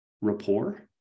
rapport